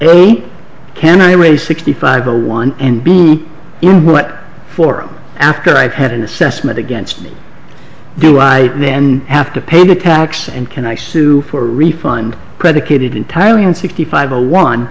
he can i raise sixty five or one and be in what for after i've had an assessment against me do i then have to pay the tax and can i sue for a refund predicated entirely and sixty five a one